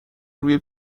روی